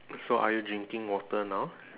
so are you drinking water now